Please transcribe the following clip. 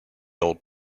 old